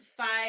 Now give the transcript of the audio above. five